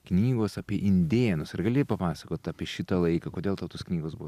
knygos apie indėnus ar gali papasakot apie šitą laiką kodėl tau tos knygos buvo